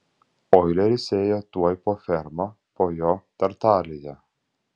oileris ėjo tuoj po ferma po jo tartalija